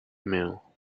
meal